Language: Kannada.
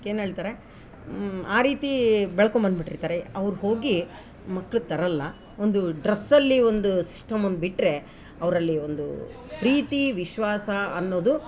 ಅದ್ಕೇನು ಹೇಳ್ತಾರೆ ಆ ರೀತಿ ಬೆಳ್ಕೋ ಬಂದು ಬಿಟ್ಟಿರ್ತಾರೆ ಅವ್ರು ಹೋಗಿ ಮಕ್ಳು ತರೋಲ್ಲ ಒಂದು ಡ್ರಸ್ಸಲ್ಲಿ ಒಂದು ಸಿಸ್ಟಮ್ ಒಂದು ಬಿಟ್ಟರೆ ಅವರಲ್ಲಿ ಒಂದು ಪ್ರೀತಿ ವಿಶ್ವಾಸ ಅನ್ನೋದು